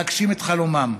להגשים את חלומם?